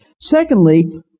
Secondly